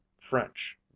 French